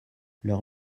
leurs